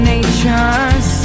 Nature's